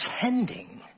pretending